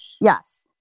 Yes